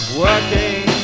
working